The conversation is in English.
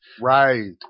Right